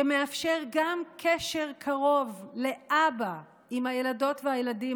שמאפשר גם קשר קרוב לאבא עם הילדות והילדים,